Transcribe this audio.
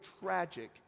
tragic